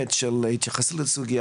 ותיכף ישוב.